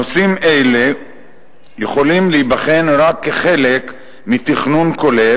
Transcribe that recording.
נושאים אלו יכולים להיבחן רק כחלק מתכנון כולל